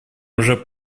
уже